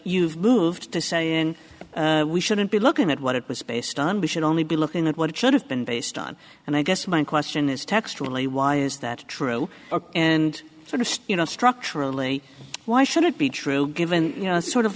you've moved to say in we shouldn't be looking at what it was based on we should only be looking at what it should have been based on and i guess my question is textually why is that true and sort of you know structurally why should it be true given sort of